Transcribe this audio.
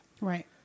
Right